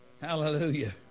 Hallelujah